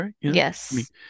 Yes